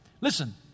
Listen